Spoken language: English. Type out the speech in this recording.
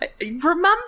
Remember